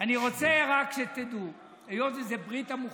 אני רק רוצה שתדעו, היות שזו ברית המוחלשים,